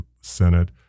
Senate